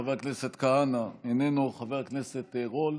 חבר הכנסת כהנא, איננו, חבר הכנסת רול,